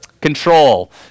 Control